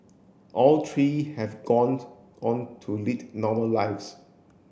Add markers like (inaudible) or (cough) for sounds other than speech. all three have (unintelligible) on to lead normal lives